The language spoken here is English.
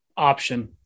Option